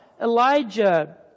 Elijah